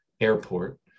airport